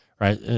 right